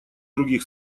других